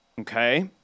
okay